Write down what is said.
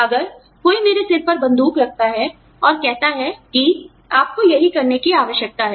अगर कोई मेरे सिर पर बंदूक रखता है और कहता है कि आपको यही करने की आवश्यकता है